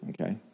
okay